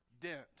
dent